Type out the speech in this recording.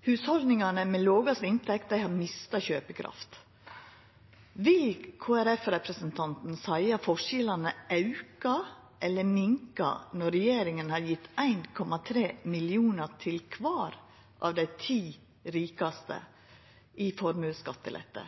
Hushalda med lågast inntekt har mista kjøpekraft. Vil Kristeleg Folkeparti-representanten seia at forskjellane aukar eller minkar når regjeringa har gjeve 1,3 mill. kr til kvar av dei ti rikaste i formuesskattelette